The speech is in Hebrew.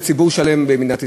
לציבור שלם במדינת ישראל.